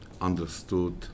understood